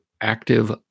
active